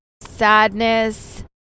sadness